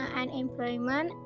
unemployment